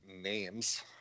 names